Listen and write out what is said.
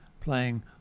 playing